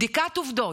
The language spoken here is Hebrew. בדיקת עובדות,